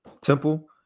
temple